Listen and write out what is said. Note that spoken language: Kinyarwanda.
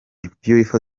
beautiful